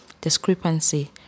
discrepancy